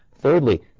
Thirdly